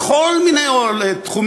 בכל מיני תחומים.